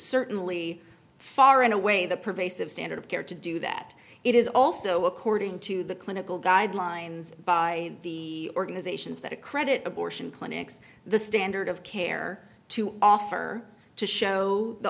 certainly far and away the pervasive standard of care to do that it is also according to the clinical guidelines by the organizations that a credit abortion clinics the standard of care to offer to show the